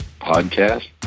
podcast